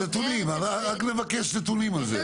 רק נבקש נתונים על זה.